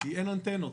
כי אין אנטנות.